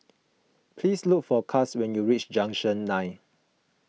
please look for Kash when you reach Junction nine